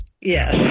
Yes